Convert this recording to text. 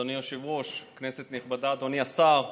אדוני היושב-ראש, כנסת נכבדה, אדוני השר,